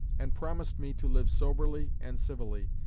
and promised me to live soberly and civilly,